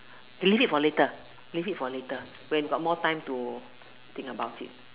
use it for later use it for later when got more time to think about it